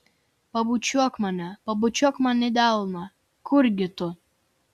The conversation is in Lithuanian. pabučiuok mane pabučiuok man delną kurgi tu